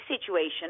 situation